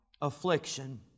affliction